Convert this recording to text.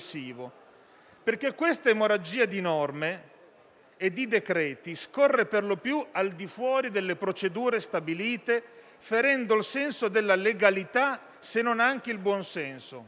Perché questa emorragia di norme e di decreti scorre perlopiù al di fuori delle procedure stabilite, ferendo il senso della legalità, se non anche il buon senso».